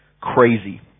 crazy